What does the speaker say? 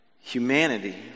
Humanity